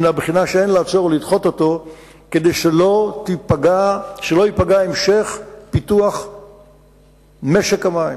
מן הבחינה שאין לעצור או לדחות אותו כדי שלא ייפגע המשך פיתוח משק המים,